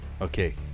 Okay